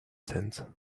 tent